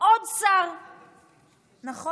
עוד שר, נכון?